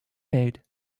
made